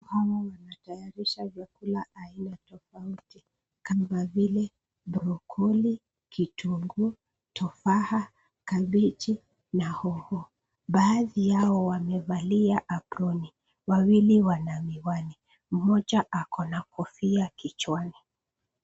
Hawa wanatayarisha chakula aina tafauti kama vile Broccoli , kituguu, tofaa, kabechi na hoho. Baadhi yao wamevalia abroni, wawili wana miwani, moja akona kofia kichwani.